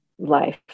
Life